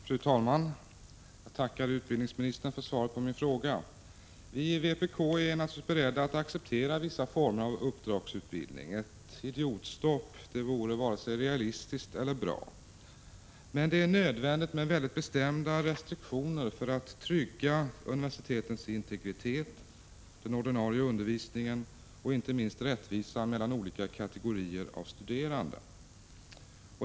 Fru talman! Jag tackar utbildningsministern för svaret på min fråga. Vi i vpk är naturligtvis beredda att acceptera vissa former av uppdragsutbildning. Ett idiotstopp vore varken realistiskt eller bra. Men det är nödvändigt med väldigt bestämda restriktioner för att trygga universitetens integritet, den ordinarie undervisningen och inte minst rättvisa mellan olika kategorier av studerande.